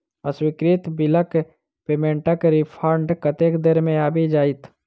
अस्वीकृत बिलक पेमेन्टक रिफन्ड कतेक देर मे आबि जाइत?